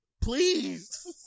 please